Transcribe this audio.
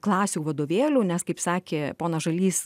klasių vadovėlių nes kaip sakė ponas žalys